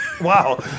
Wow